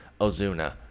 Ozuna